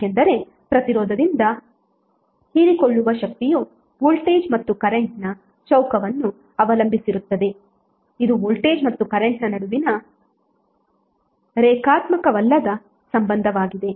ಏಕೆಂದರೆ ಪ್ರತಿರೋಧದಿಂದ ಹೀರಿಕೊಳ್ಳುವ ಶಕ್ತಿಯು ವೋಲ್ಟೇಜ್ ಮತ್ತು ಕರೆಂಟ್ ನ ಚೌಕವನ್ನು ಅವಲಂಬಿಸಿರುತ್ತದೆ ಇದು ವೋಲ್ಟೇಜ್ ಮತ್ತು ಕರೆಂಟ್ ನ ನಡುವಿನ ರೇಖಾತ್ಮಕವಲ್ಲದ ಸಂಬಂಧವಾಗಿದೆ